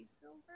silver